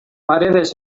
paredes